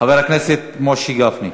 חבר הכנסת משה גפני.